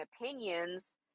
opinions